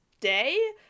Day